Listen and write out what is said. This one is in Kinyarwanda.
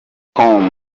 com